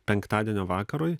penktadienio vakarui